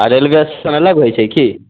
आ railway station अलग होइ छै की